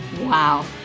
wow